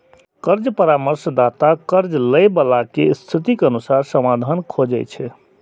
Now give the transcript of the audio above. कर्ज परामर्शदाता कर्ज लैबला के स्थितिक अनुसार समाधान खोजै छै